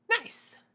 Nice